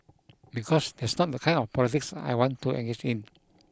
because that's not the kind of the politics I want to engage in